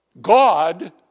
God